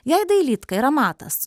jei dailydka yra matas